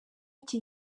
iki